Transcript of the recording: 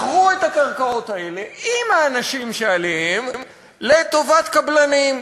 מכרו את הקרקעות האלה עם האנשים שעליהן לטובת קבלנים,